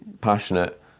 passionate